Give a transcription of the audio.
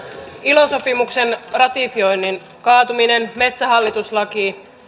ilo sopimuksen ratifioinnin kaatuminen metsähallitus laki